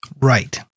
right